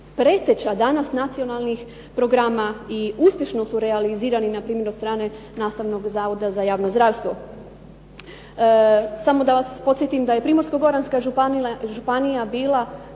preteča danas nacionalnih programa i uspješno su realizirani npr. od strane Nastavnog zavoda za javno zdravstvo. Samo da vas podsjetim da je Primorsko-goranska županija bila